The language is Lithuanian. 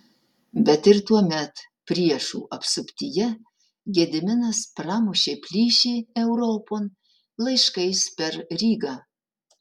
bet ir tuomet priešų apsuptyje gediminas pramušė plyšį europon laiškais per rygą